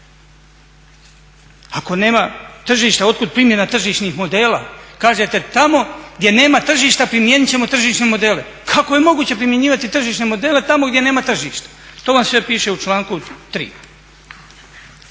Ako nema tržišta od kuda primjena tržišnih modela? Kažete tako gdje nema tržišta primijenit ćemo tržišne modele. Kako je moguće primjenjivati tržišne modele tamo gdje nema tržišta? To vam sve piše u članku 3.